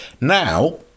Now